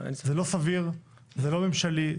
זה לא סביר, זה לא ממשלי.